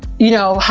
you know, how,